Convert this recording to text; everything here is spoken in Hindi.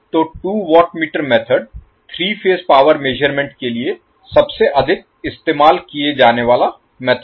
तो 2 watt meter method 3 phase power measurement के लिए सबसे अधिक इस्तेमाल किया जाने वाला मेथड है